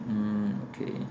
mm okay